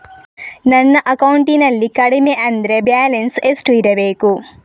ನನ್ನ ಅಕೌಂಟಿನಲ್ಲಿ ಕಡಿಮೆ ಅಂದ್ರೆ ಬ್ಯಾಲೆನ್ಸ್ ಎಷ್ಟು ಇಡಬೇಕು?